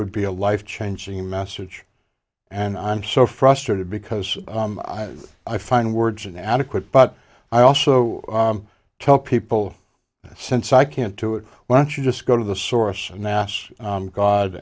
would be a life changing message and i'm so frustrated because i find words an adequate but i also tell people since i can't do it why don't you just go to the source and nash